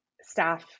staff